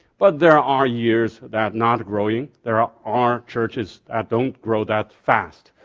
but there are years that not growing. there are are churches that don't grow that fast.